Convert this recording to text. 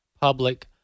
public